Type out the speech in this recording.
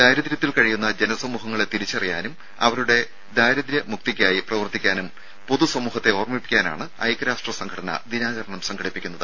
ദാരിദ്ര്യത്തിൽ കഴിയുന്ന ജനസമൂഹങ്ങളെ തിരിച്ചറിയാനും അവരുടെ ദാരിദ്ര്യ മുക്തിക്കായി പ്രവർത്തിക്കാനും പൊതു സമൂഹത്തെ ഓർമ്മിപ്പിക്കാനാണ് ഐക്യരാഷ്ട്ര സംഘടന ദിനാചരണം സംഘടിപ്പിക്കുന്നത്